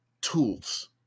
tools